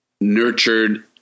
nurtured